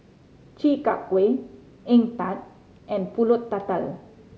Chi Kak Kuih egg tart and Pulut Tatal